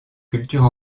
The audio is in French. cultures